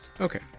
okay